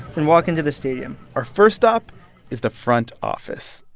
and walk into the stadium our first stop is the front office.